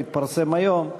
מתפרסם היום,